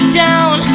down